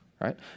right